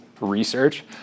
research